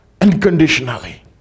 unconditionally